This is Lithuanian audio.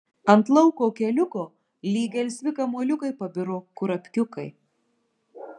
ant lauko keliuko lyg gelsvi kamuoliukai pabiro kurapkiukai